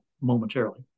momentarily